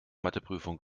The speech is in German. matheprüfung